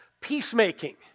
peacemaking